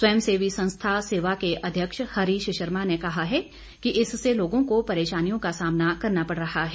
स्वयं सेवी संस्था सेवा के अध्यक्ष हरीश शर्मा ने कहा है कि इससे लोगों को परेशानियों का सामना करना पड़ रहा है